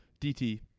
DT